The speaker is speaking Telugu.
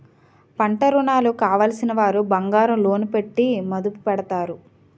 పంటరుణాలు కావలసినవారు బంగారం లోను పెట్టి మదుపు పెడతారు